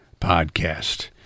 podcast